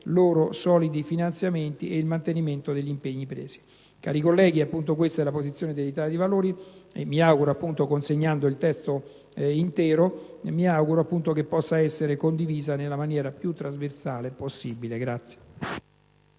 loro solidi finanziamenti e il mantenimento degli impegni presi. Cari colleghi questa è la posizione dell'Italia dei Valori e mi auguro che possa essere condivisa nella maniera più trasversale possibile. Grazie.